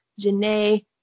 Janae